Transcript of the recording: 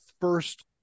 first